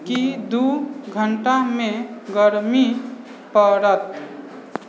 की दू घण्टामे गरमी पड़त